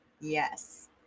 yes